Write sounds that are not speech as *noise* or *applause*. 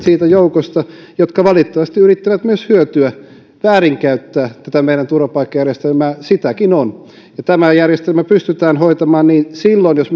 jotka valitettavasti yrittävät myös hyötyä väärinkäyttää tätä meidän turvapaikkajärjestelmäämme sitäkin on tämä järjestelmä pystytään hoitamaan niin silloin jos *unintelligible*